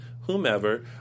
whomever